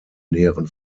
näheren